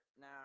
Now